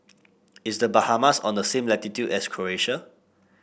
is The Bahamas on the same latitude as Croation